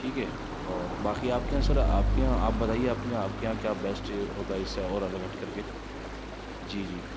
ٹھیک ہے اور باقی آپ کے یہاں سر آپ کے یہاں آپ بتائیے آپ کے یہاں آپ کے یہاں کیا بیسٹ ہوتا ہے اس سے اور الگ ہٹ کر کے جی جی